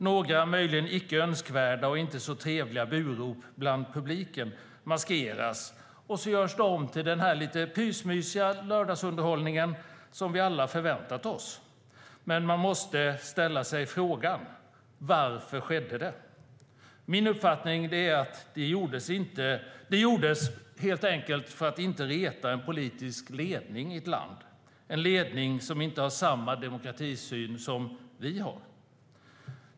Några möjligen icke önskvärda och inte så trevliga burop bland publiken maskeras och görs om till den lite pysmysiga lördagsunderhållning som vi alla hade förväntat oss. Men man måste ställa sig frågan: Varför skedde det? Min uppfattning är att det gjordes helt enkelt för att inte reta en politisk ledning för ett land, en ledning som inte har samma demokratisyn som vi har.